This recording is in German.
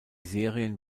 serien